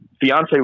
fiance